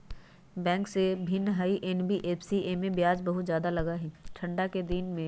Bank से भिन्न हई एन.बी.एफ.सी इमे ब्याज बहुत ज्यादा लगहई?